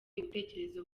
ibitekerezo